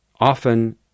often